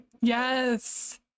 Yes